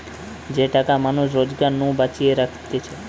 যে টাকা মানুষ রোজগার নু বাঁচিয়ে রাখতিছে